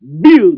Build